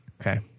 Okay